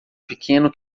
pequeno